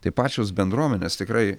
tai pačios bendruomenės tikrai